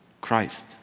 Christ